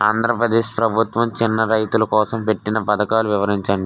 ఆంధ్రప్రదేశ్ ప్రభుత్వ చిన్నా రైతుల కోసం పెట్టిన పథకాలు వివరించండి?